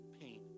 pain